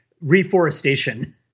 reforestation